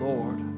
Lord